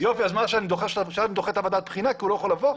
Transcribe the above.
עכשיו אני דוחה את ועדת הבחינה כי הוא לא יכול לבוא?